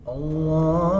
Allah